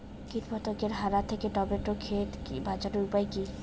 কীটপতঙ্গের হানা থেকে টমেটো ক্ষেত বাঁচানোর উপায় কি?